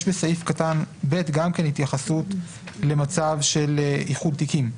יש בסעיף קטן (ב) גם התייחסות למצב של איחוד תיקים.